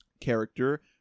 character